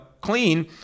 clean